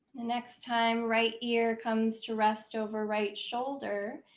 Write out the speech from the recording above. next time right ear comes to rest over right shoulder,